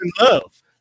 Love